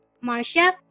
Marcia